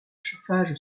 chauffage